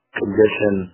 condition